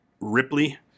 ripley